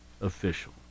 official